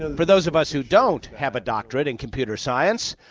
and for those of us who don't have a doctorate in computer science,